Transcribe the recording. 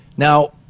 Now